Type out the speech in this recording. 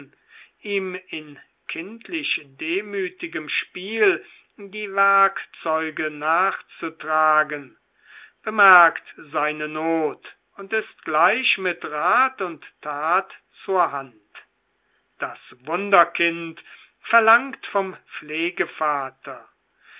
ihm in kindlich demütigem spiel die werkzeuge nachzutragen bemerkt seine not und ist gleich mit rat und tat bei der hand das wunderkind verlangt vom